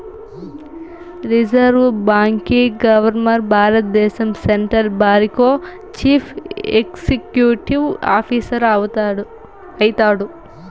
reserve బాంకీ governor భారద్దేశం central బారికో చీఫ్ ఎక్సిక్యూటివ్ ఆఫీసరు అయితాడు